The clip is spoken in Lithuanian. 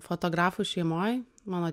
fotografų šeimoj mano